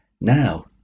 now